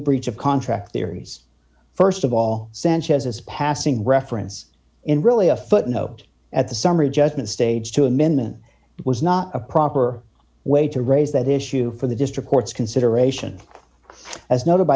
breach of contract theories st of all sanchez's passing reference in really a footnote at the summary judgment stage to amendment was not a proper way to raise that issue for the district court's consideration as noted by